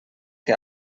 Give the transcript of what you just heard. que